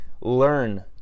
learn